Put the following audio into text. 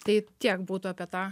tai tiek būtų apie tą